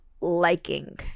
liking